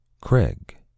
Craig